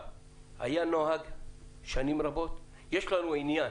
היה נוהג שנים רבות, יש לנו עניין